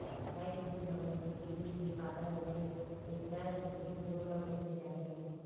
गाय के दूद ह भइसी के दूद ले पातर होथे तेखर सेती दूनो ल पोसे जाथे